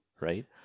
Right